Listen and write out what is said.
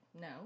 no